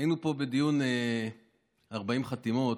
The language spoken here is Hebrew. היינו פה בדיון 40 חתימות,